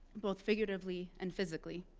both figuratively and physically.